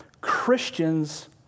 Christians